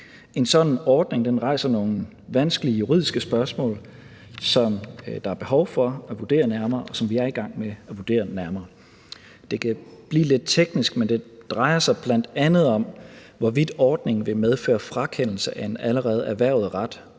En sådan ordning rejser nogle vanskelige juridiske spørgsmål, der er behov for at vurdere nærmere, og som vi er i gang med at vurdere nærmere. Det kan blive lidt teknisk, men det drejer sig bl.a. om, hvorvidt ordningen vil medføre frakendelse af en allerede erhvervet ret,